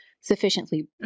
sufficiently